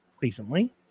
recently